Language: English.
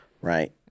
right